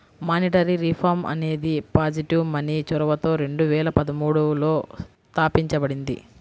monetary reform అనేది positive money చొరవతో రెండు వేల పదమూడులో తాపించబడింది